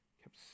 Kept